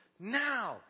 now